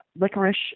Licorice